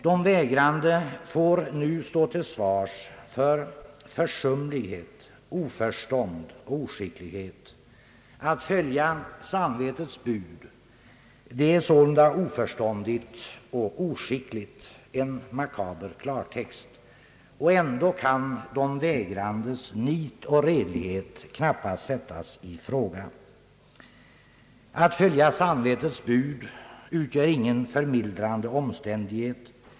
De vägrande får nu stå till svars för »försumlighet, oförstånd och oskicklighet». Att följa samvetets bud är sålunda oförståndigt och oskickligt — en makaber klartext. Och ändå kan de vägrandes nit och redlighet knappast sättas i fråga. Att följa samvetets bud utgör ingen förmildrande omständighet.